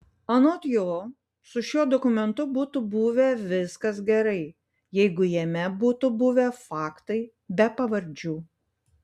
anot jo su šiuo dokumentu būtų buvę viskas gerai jeigu jame būtų buvę faktai be pavardžių